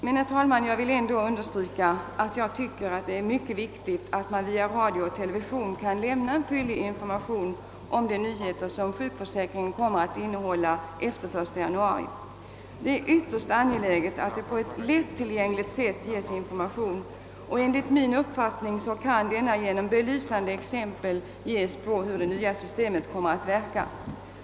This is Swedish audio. Men, herr talman, jag vill också understryka att det är mycket viktigt att man via radio och televisionen kan lämna information om de nyheter som sjukförsäkringen kommer att innehålla efter den 1 januari. Därigenom bör man på ett lättillgängligt sätt kunna ge information och belysande exempel på hur det nya systemet kommer att verka.